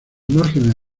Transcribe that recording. márgenes